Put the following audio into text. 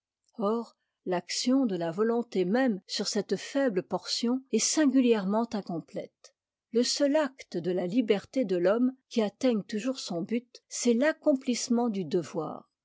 or l'action de la volonté même sur cette faible portion est singulièrement incomplète le seul acte de la liberté de l'homme qui atteigne toujours son but c'est l'accomplissementdu devoir